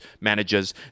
managers